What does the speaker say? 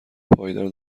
پایدار